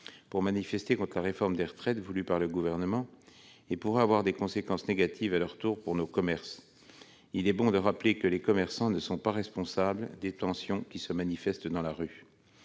pour manifester contre la réforme des retraites voulue par le Gouvernement, qui pourraient avoir des conséquences négatives, à leur tour, sur nos commerces. Il est bon de rappeler que les commerçants ne sont pas responsables des tensions qui se manifestent dans la rue.